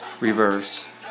Reverse